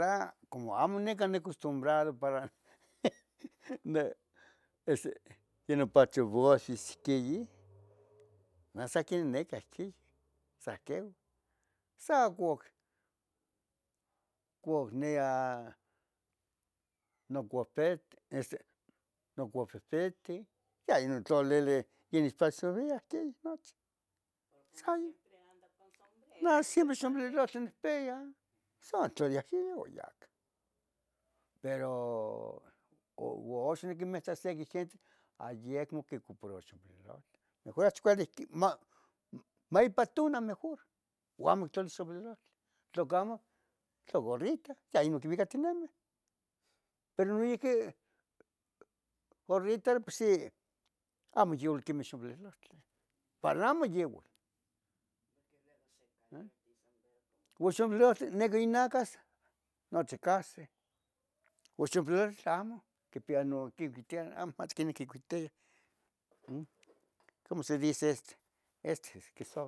Na como amo nica acostumbradoh para ne este, inupachuvohyis quiyih, nah sa quin nenicah quin. sahqueuh, sa cuc, cuhnea, nocuhtet, nocufetete. ya yeh inun tlolilih quiyeh nuchi, sayeh, ah siempre sombrerohtli nicpia son tlolia ihquin. uan yac Pero oxo niquimita siqueh gentes ayecmo quicui. puro xompilelohque. Majoh cachi ihquih, ma maipa tuna mejur. uan mactloli sombrerohtli, tlocamo tlo gorrita ya inun. quiuecatinemeh, pero noihqui gorrita de por sì, amo yuli. quemeh xompilelohtli para nah amo yehua oxopilelohtli necah inacas nochi cahsi, oxonpilelohtli amo quipia nun. quincuitia, amo inmati que quicuitia. mm, como se dice este.